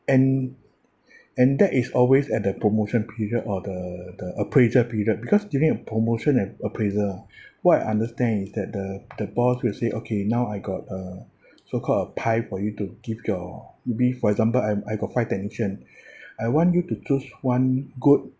and and that is always at the promotion period or the the appraisal period because during a promotion and appraisal ah what I understand is that the the boss will say okay now I got a so-called a pie for you to give your maybe for example I'm I got five technician I want you to choose one good